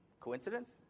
Coincidence